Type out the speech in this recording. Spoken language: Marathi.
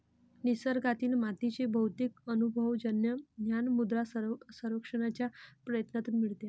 निसर्गातील मातीचे बहुतेक अनुभवजन्य ज्ञान मृदा सर्वेक्षणाच्या प्रयत्नांतून मिळते